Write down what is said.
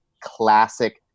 classic